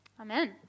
Amen